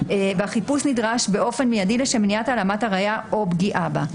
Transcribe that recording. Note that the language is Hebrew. והחיפוש נדרש באופן מיידי לשם מניעת העלמת הראיה או פגיעה בה.